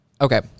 Okay